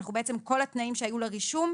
כל התנאים שהיו לרישום,